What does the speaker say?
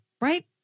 right